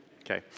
Okay